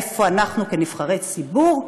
איפה אנחנו כנבחרי ציבור,